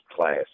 class